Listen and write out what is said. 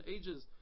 ages